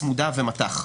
צמודה ומט"ח.